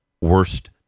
worst